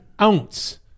ounce